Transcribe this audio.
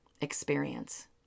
experience